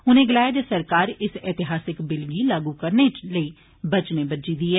उन्ने गलाया जे सरकार इस ऐतिहासिक बिल गी लागू करने लेई वचनेबज्जी दी ऐ